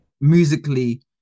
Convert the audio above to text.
musically